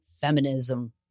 feminism